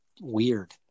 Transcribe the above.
weird